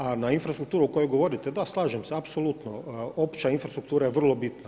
A na infrastrukturu o kojoj govorite, da slažem se apsolutno, opća infrastruktura je vrlo bitna.